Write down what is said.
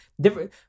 different